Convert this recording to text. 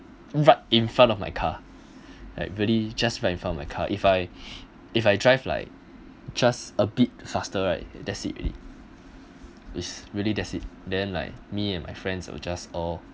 right in front of my car like really just in front of my car if I if I drive like just a bit faster right that's it already is really that's it then like me and my friends will just all